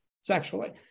sexually